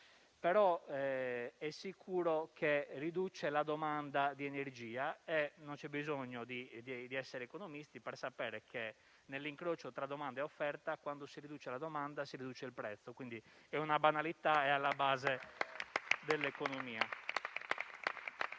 ma è sicuro che riduce la domanda di energia. E non c'è bisogno di essere economisti per sapere che, nell'incrocio tra domanda e offerta, quando si riduce la domanda si riduce il prezzo. È una banalità, ma è alla base dell'economia.